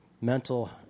mental